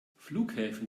flughäfen